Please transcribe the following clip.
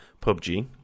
PUBG